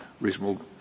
reasonable